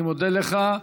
אני מודה לך.